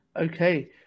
Okay